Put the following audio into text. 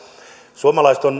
suomalaiset